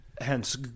Hence